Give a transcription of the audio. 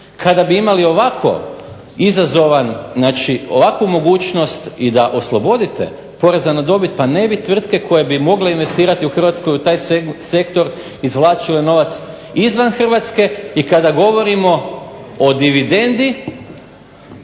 Kada bi imali ovako izazovan ovakvu mogućnost i da oslobodite poreza na dobit, pa ne bi tvrtke koje bi mogle investirati u Hrvatskoj u taj sektor izvlačio novac izvan Hrvatske i kada govorimo o dividendi